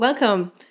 Welcome